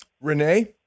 Renee